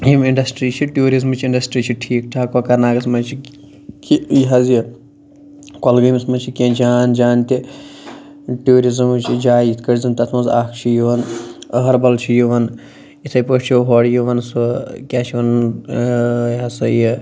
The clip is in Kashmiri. یِم اِنڈَسٹرٛی چھِ ٹیٛوٗرزمٕچۍ اِنڈَسٹرٛی چھِ ٹھیٖک ٹھاک کۄکَر ناگَس منٛز چھِ کہِ یہِ حظ یہِ کۄلگٲمِس منٛز چھِ کیٚنٛہہ جان جان تہِ ٹیٛوٗرِزمٕچۍ جایہِ یِتھ کٲٹھۍ زَن تَتھ منٛز اَکھ چھِ یِوان أہَربَل چھُ یِوان یِتھٔے پٲٹھۍ چھُ ہورٕ یِوان سُہ کیٛاہ چھِ وَنان ٲں یہِ ہَسا یہِ